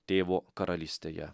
tėvo karalystėje